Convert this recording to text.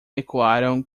ecoaram